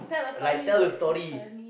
like tell a story